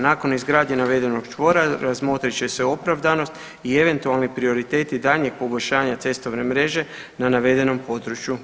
Nakon izgradnje navedenog čvora razmotrit će se opravdanost i eventualni prioriteti daljnjeg poboljšanja cestovne mreže na navedenom području.